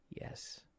Yes